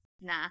nah